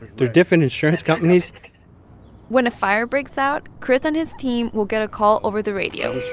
they're different insurance companies when a fire breaks out, kris and his team will get a call over the radio